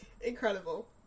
incredible